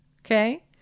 Okay